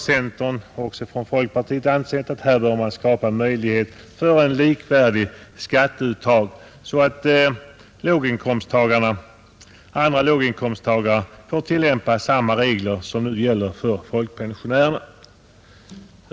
I centern och i folkpartiet har vi ansett att här bör man skapa möjlighet för ett liksidigt skatteuttag, så att andra låginkomsttagare får tillämpa samma regler som nu gäller för folkpensionärerna.